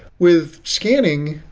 with scanning,